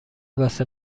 واسه